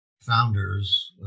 founders